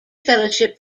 fellowship